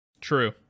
True